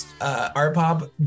art-pop